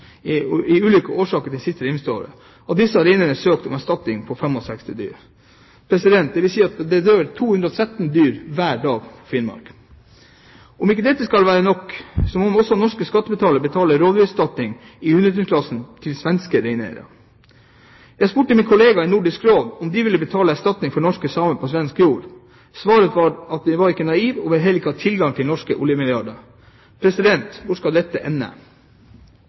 av ulike årsaker det siste reindriftsåret. Av disse har reineierne søkt om erstatning for 65 000 dyr. Det vil si at det dør 213 dyr hver dag i Finnmark. Om ikke dette skal være nok, må også norske skattebetalere betale rovdyrerstatning i hundretusenkronersklassen til svenske reineiere. Jeg spurte mine kollegaer i Nordisk Råd om de ville betale erstatning for norske samer på svensk jord. Svaret var at de var ikke naive, og de hadde heller ikke tilgang til norske oljemilliarder. Hvor skal dette ende?